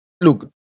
Look